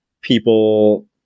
people